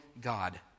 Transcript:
God